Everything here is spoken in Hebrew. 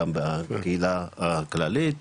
גם בקהילה הכללית